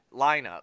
lineup